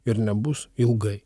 ir nebus ilgai